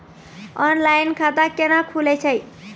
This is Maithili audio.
ऑनलाइन खाता केना खुलै छै?